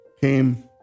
came